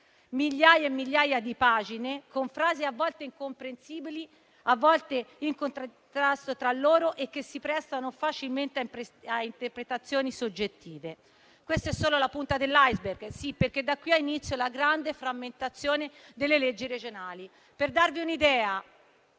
Migliaia e migliaia di pagine, con frasi a volte incomprensibili, a volte in contrasto tra loro, che si prestano facilmente a interpretazioni soggettive. Questa è solo la punta dell'*iceberg*, perché da qui ha inizio la grande frammentazione delle leggi regionali. Per darvi un'idea: